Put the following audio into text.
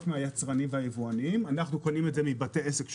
מהיצרנים והיבואנים אלא מבתי עסק שונים,